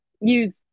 use